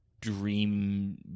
dream